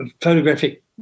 photographic